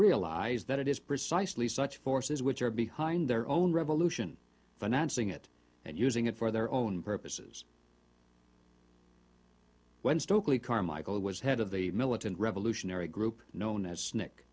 realize that it is precisely such forces which are behind their own revolution financing it and using it for their own purposes when stokely carmichael who was head of the militant revolutionary group known